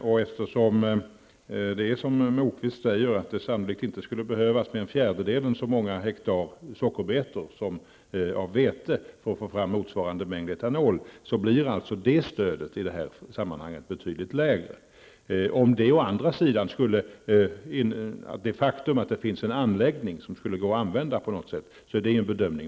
Och eftersom det är som Lars Moquist säger, att det sannolikt inte skulle behövas mer än en fjärdedel så många hektar sockerbetor som vete för att få fram motsvarande mängd etanol, blir alltså detta stöd i detta sammanhang betydligt lägre. Men om det finns en anläggning som skulle gå att använda på något sätt får man göra en bedömning.